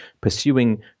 pursuing